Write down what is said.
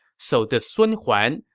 so this sun huan,